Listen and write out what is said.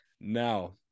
Now